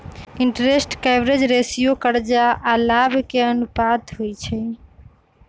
interest coverage ratio करजा आऽ लाभ के अनुपात होइ छइ